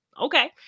okay